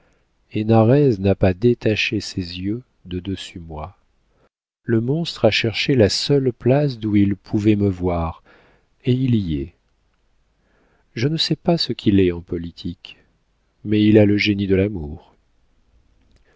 de l'orchestre hénarez n'a pas détaché ses yeux de dessus moi le monstre a cherché la seule place d'où il pouvait me voir et il y est je ne sais pas ce qu'il est en politique mais il a le génie de l'amour